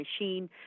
machine